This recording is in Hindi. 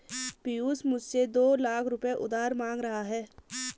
पियूष मुझसे दो लाख रुपए उधार मांग रहा है